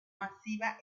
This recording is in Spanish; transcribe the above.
masiva